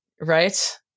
right